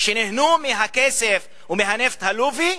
שנהנו מהכסף ומהנפט הלובי,